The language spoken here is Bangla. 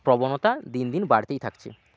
প্রবণতা দিন দিন বাড়তেই থাকছে